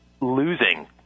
Losing